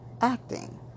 Acting